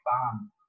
bomb